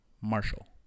Marshall